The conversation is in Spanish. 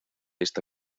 esta